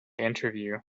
interview